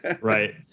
Right